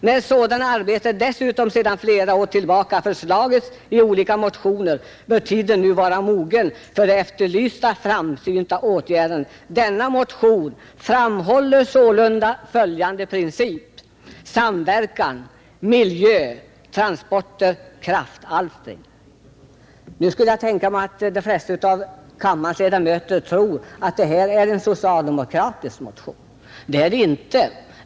Där sådana arbeten dessutom sedan flera åt tillbaka föreslagits i olika motioner bör tiden nu vara mogen för det efterlysta framsynta åtgärdandet. Denna motion framhåller sålunda följande princip: Samverkan miljö—transporter—kraftalstring.” Nu skulle jag tänka mig att de flesta av kammarens ledamöter tror att detta är en socialdemokratisk motion. Det är det inte.